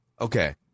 Okay